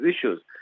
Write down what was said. issues